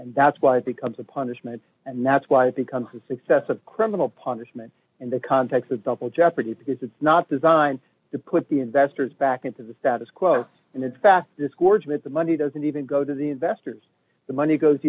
and that's why it becomes a punishment and that's why it becomes a success of criminal punishment in the context of double jeopardy because it's not designed to put the investors back into the status quo and it's fast discords with the money doesn't even go to the investors the money goes